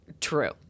True